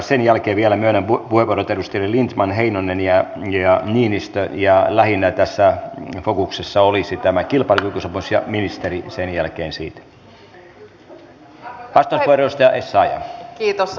sen jälkeen vielä myönnän puheenvuorot edustajille lindtman heinonen ja niinistö ja lähinnä fokuksessa olisi tämä kilpailukykysopimus ja ministeri sen jälkeen siitä